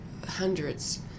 hundreds